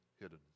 hidden